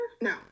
no